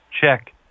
check